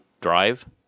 drive